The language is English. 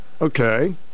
Okay